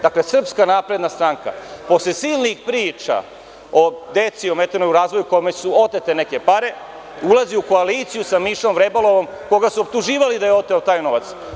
Dakle, SNS posle silnih priča o deci ometenoj u razvoju kojima su otete neke pare, ulazi u koaliciju sa Mišom Vrebalom koga su optuživali da je oteo taj novac.